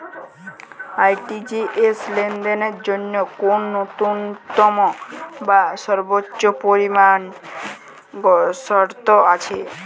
RTGS লেনদেনের জন্য কোন ন্যূনতম বা সর্বোচ্চ পরিমাণ শর্ত আছে?